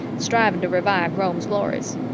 striving to revive rome's glories.